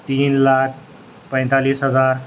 تین لاکھ پینتالیس ہزار